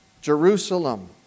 Jerusalem